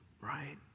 right